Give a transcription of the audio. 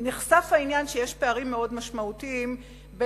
שנחשף העניין שיש פערים משמעותיים מאוד